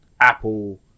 Apple